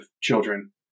children